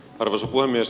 arvoisa puhemies